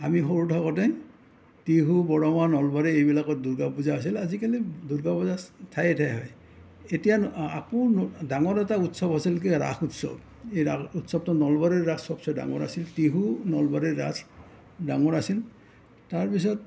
আমি সৰু থাকোঁতে টিহু বৰমা নলবাৰী এইবিলাকত দুৰ্গা পূজা হৈছিল আজি কালি দুৰ্গা পূজা ঠায়ে ঠায়ে হয় এতিয়া অকৌ ডাঙৰ এটা উৎসৱ আছিল কি ৰাস উৎসৱ এই ৰাস উৎসৱটো নলবাৰীৰ ৰাস চবচে ডাঙৰ আছিল টিহু নলবাৰীৰ ৰাস ডাঙৰ আছিল তাৰ পিছত